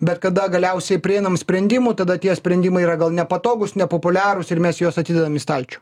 bet kada galiausiai prieinam sprendimų tada tie sprendimai yra gal nepatogūs nepopuliarūs ir mes juos atidedam į stalčių